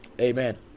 amen